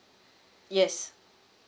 yes